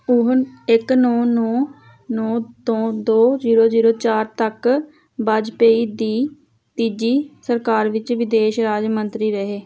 ਉਹ ਇੱਕ ਨੌਂ ਨੌਂ ਨੌਂ ਤੋਂ ਦੋ ਜ਼ੀਰੋ ਜ਼ੀਰੋ ਚਾਰ ਤੱਕ ਵਾਜਪੇਈ ਦੀ ਤੀਜੀ ਸਰਕਾਰ ਵਿੱਚ ਵਿਦੇਸ਼ ਰਾਜ ਮੰਤਰੀ ਰਹੇ